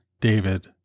David